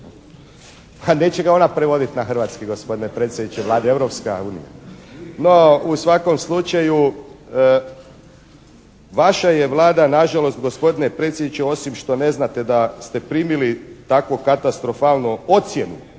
ha neće ga ona prevoditi na hrvatski gospodine predsjedniče Vlade, Europska unija. No, u svakom slučaju vaša je Vlada na žalost gospodine predsjedniče osim što ne znate da ste primili takvu katastrofalnu ocjenu